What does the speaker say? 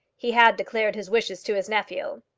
he had declared his wishes to his nephew.